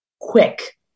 quick